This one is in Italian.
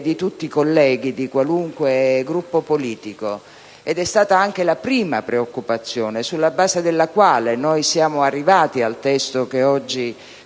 di tutti i colleghi, di qualunque gruppo politico, ed è stata anche la prima preoccupazione sulla base della quale siamo arrivati al testo oggi all'esame